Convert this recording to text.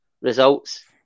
results